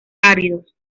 áridos